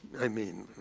i mean.